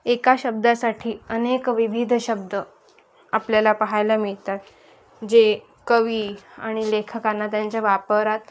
एका शब्दासाठी अनेक विविध शब्द आपल्याला पाहायला मिळतात जे कवी आणि लेखकांना त्यांच्या वापरात